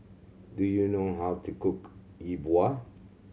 do you know how to cook Yi Bua